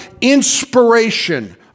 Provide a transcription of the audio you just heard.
inspiration